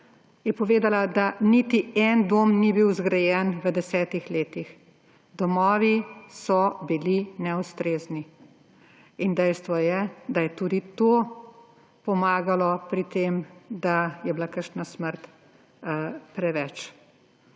je povedala, da niti en dom ni bil zgrajen v desetih letih. Domovi so bili neustrezni. Dejstvo je, da je tudi to pomagalo pri tem, da je bila kakšna smrt preveč,